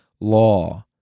law